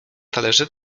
talerze